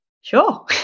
sure